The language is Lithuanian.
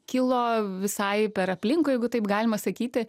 kilo visai per aplinkui jeigu taip galima sakyti